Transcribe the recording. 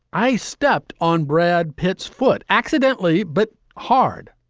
i stepped on brad pitt's foot accidentally, but hard.